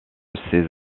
ces